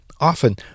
Often